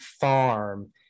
farm